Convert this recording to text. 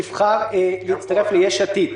יבחר להצטרף ליש עתיד,